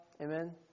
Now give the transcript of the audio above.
Amen